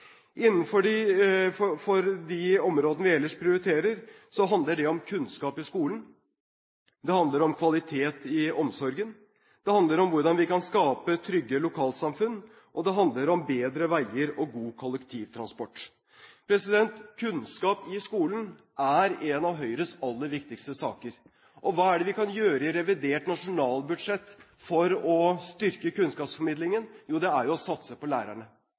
skolen, det handler om kvalitet i omsorgen, det handler om hvordan vi kan skape trygge lokalsamfunn, og det handler om bedre veier og god kollektivtransport. Kunnskap i skolen er en av Høyres aller viktigste saker. Hva er det vi kan gjøre i revidert nasjonalbudsjett for å styrke kunnskapsformidlingen? Jo, det er å satse på lærerne.